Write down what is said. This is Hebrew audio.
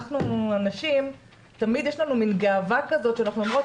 אנחנו הנשים תמיד יש לנו מן גאווה כזאת שאנחנו אומרות